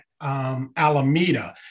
Alameda